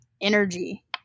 energy